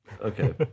Okay